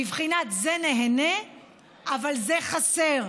בבחינת זה נהנה אבל זה חסר,